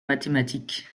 mathématiques